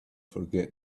forget